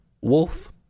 Wolf